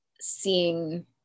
seeing